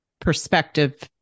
perspective